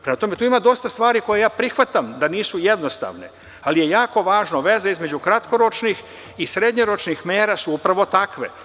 Prema tome, tu ima dosta stvari koje ja prihvatam da nisu jednostavne, ali je jako važno, veze između kratkoročnih i srednjoročnih mera su upravo takve.